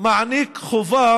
מעניק חובה